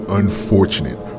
unfortunate